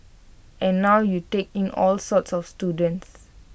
and now you take in all sorts of students